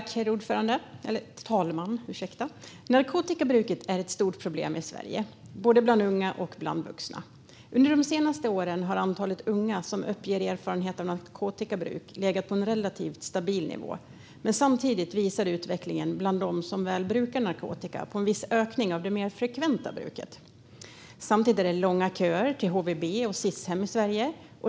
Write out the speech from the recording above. Herr talman! Narkotikabruket är ett stort problem i Sverige, både bland unga och bland vuxna. Under de senaste åren har antalet unga som uppger erfarenhet av narkotikabruk legat på en relativt stabil nivå, men samtidigt visar utvecklingen bland dem som väl brukar narkotika på en viss ökning av det mer frekventa bruket. Samtidigt är det långa köer till HVB och Sis-hem i Sverige.